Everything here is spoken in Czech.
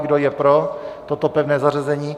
Kdo je pro toto pevné zařazení?